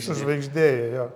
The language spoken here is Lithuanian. sužvaigždėja jo